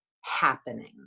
happening